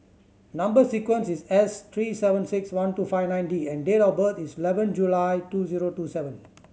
number sequence is S three seven six one two five nine D and date of birth is eleven July two zero two seven